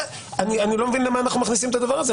אני לא מבין למה אנחנו מכניסים את הדבר הזה.